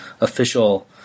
official –